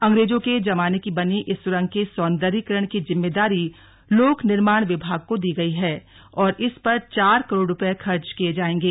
अंग्रेजों के जमाने की बनी इस सुरंग के सौंदर्यीकरण की जिम्मेदारी लोक निर्माण विभाग को दी गई है और इस पर चार करोड़ रूपये खर्च किये जाएंगे